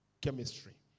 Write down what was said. chemistry